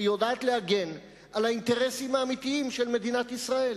שיודעת להגן על האינטרסים האמיתיים של מדינת ישראל